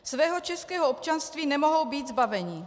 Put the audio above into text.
Svého českého občanství nemohou být zbaveni.